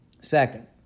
Second